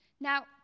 Now